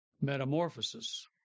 metamorphosis